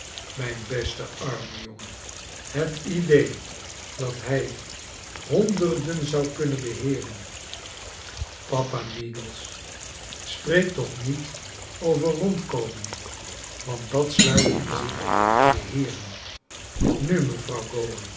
mijn beste arme jongen het idee dat hij honderden zou kunnen beheeren papa meagles i spreek toch niet over rondkomen want dat sluit in zich beheeren nu mevrouw